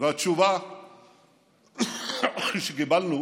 והתשובה שקיבלנו